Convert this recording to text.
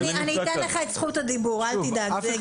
אני אתן לך את זכות הדיבור, אל תדאג.